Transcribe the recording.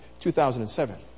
2007